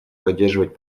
поддерживать